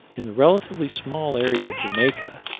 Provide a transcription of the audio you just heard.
in the relatively small area of jamaica,